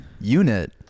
unit